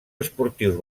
esportius